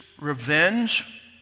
revenge